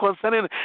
concerning